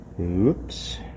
Oops